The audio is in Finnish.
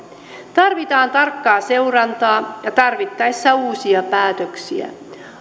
tarvitaan tarkkaa seurantaa ja tarvittaessa uusia päätöksiä